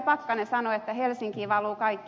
pakkanen sanoi että helsinkiin valuu kaikki